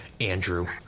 Andrew